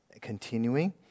continuing